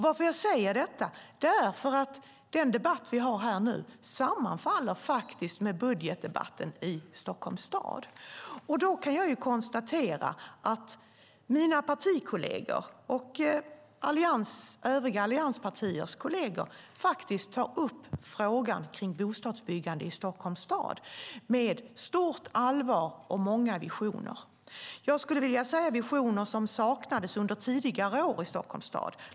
Varför jag säger detta är att den debatt som vi har här nu faktiskt sammanfaller med budgetdebatten i Stockholms stad. Då kan jag konstatera att mina partikolleger och övriga allianspartiers kolleger faktiskt tar upp frågan om bostadsbyggande i Stockholms stad med stort allvar och många visioner. Jag skulle vilja säga att det är visioner som saknades under tidigare år i Stockholms stad.